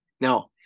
Now